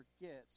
forgets